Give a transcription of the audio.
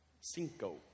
Cinco